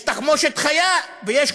יש תחמושת חיה ויש קורבנות.